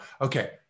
okay